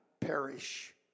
perish